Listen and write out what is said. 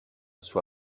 sua